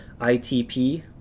ITP